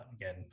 Again